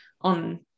on